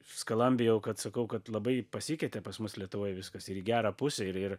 skalambijau kad sakau kad labai pasikeitė pas mus lietuvoj viskas ir į gerą pusę ir ir